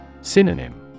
Synonym